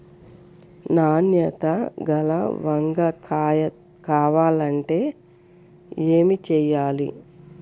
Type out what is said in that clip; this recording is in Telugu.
నాణ్యత గల వంగ కాయ కావాలంటే ఏమి చెయ్యాలి?